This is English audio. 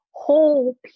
whole